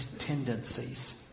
tendencies